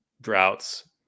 droughts